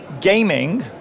gaming